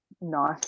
nice